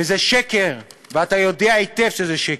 וזה שקר ואתה יודע היטב שזה שקר.